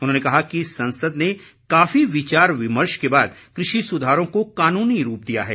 उन्होंने कहा कि संसद ने काफी विचार विमर्श के बाद कृषि सुधारों को कानूनी रूप दिया है